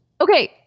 Okay